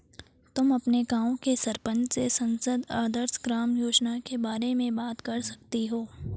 तुम अपने गाँव के सरपंच से सांसद आदर्श ग्राम योजना के बारे में बात कर सकती हो